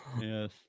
yes